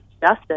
justice